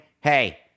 hey